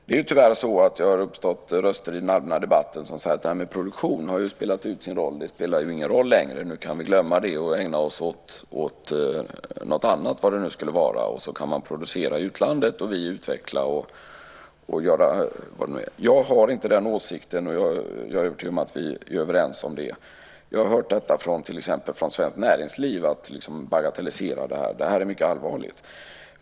Det har tyvärr framförts röster i den allmänna debatten som säger att produktionen har spelat ut sin roll och att vi kan glömma den för att ägna oss åt något annat, vad nu det skulle vara. I stället skulle vi kunna utveckla och tillverka produkter i utlandet. Jag delar inte den åsikten, och jag är övertygad om att vi därvidlag har samma uppfattning. Jag har till exempel hört från Svenskt Näringsliv att man bagatelliserar det här. Det är mycket allvarligt.